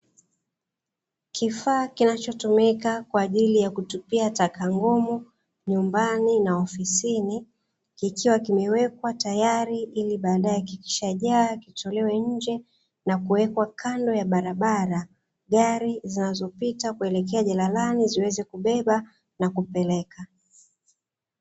Kifaa kinachotumika kwaajili ya kutupia taka ngumu nyumbani na ofisini, kikiwa kimewekwa tayari ili baadaye kikishajaa kitolewe nje na kuwekwa kando ya barabara, gari zinazopita kuelekea jalalani ziweze kubeba na kupeleka.